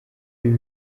ibi